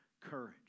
courage